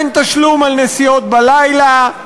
אין תשלום על נסיעות בלילה,